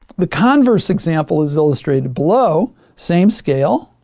the converse example is illustrated below, same scale.